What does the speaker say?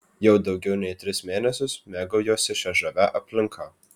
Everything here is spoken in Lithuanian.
jau daugiau nei tris mėnesius mėgaujuosi šia žavia aplinka